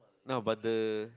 now but the